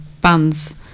bands